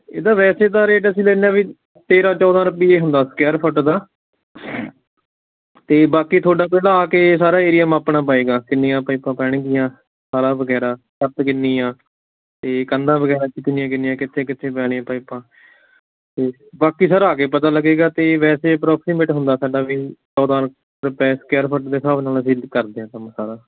ਇਹਦਾ ਵੈਸੇ ਤਾਂ ਰੇਟ ਅਸੀਂ ਲੈਂਦੇ ਵੀ ਤੇਰਾਂ ਚੌਦਾਂ ਰੁਪਏ ਹੁੰਦਾ ਸਕੇਅਰ ਫੁੱਟ ਦਾ ਅਤੇ ਬਾਕੀ ਤੁਹਾਡਾ ਪਹਿਲਾਂ ਆ ਕੇ ਸਾਰਾ ਏਰੀਆ ਮਾਪਣਾ ਪਏਗਾ ਕਿੰਨੀਆਂ ਪਾਈਪਾਂ ਪੈਣਗੀਆਂ ਸਾਰਾ ਵਗੈਰਾ ਛੱਤ ਕਿੰਨੀ ਆ ਅਤੇ ਕੰਧਾਂ ਵਗੈਰਾ 'ਚ ਕਿੰਨੀਆਂ ਕਿੰਨੀਆਂ ਕਿੱਥੇ ਕਿੱਥੇ ਪੈਣੀਆਂ ਪਾਈਪਾਂ ਅਤੇ ਬਾਕੀ ਸਰ ਆ ਕੇ ਪਤਾ ਲੱਗੇਗਾ ਅਤੇ ਵੈਸੇ ਅਪਰੋਕਸੀਮੇਟ ਹੁੰਦਾ ਸਾਡਾ ਵੀ ਚੌਦਾਂ ਕ ਰੁਪਏ ਸਕੇਅਰ ਫੁੱਟ ਦੇ ਹਿਸਾਬ ਨਾਲ ਅਸੀਂ ਕਰਦੇ ਹਾਂ ਕੰਮ ਸਾਰਾ